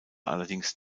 allerdings